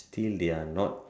still there are not